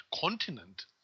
continent